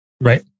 Right